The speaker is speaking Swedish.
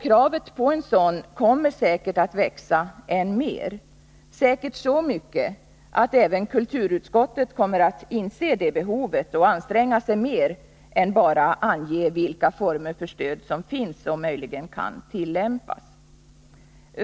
Kravet på en sådan kommer säkert att växa mer, säkert så mycket att även kulturutskottet kommer att inse att behovet finns och anstränga sig mer än till att bara ange vilka former för stöd som finns och möjligen kan tillämpas.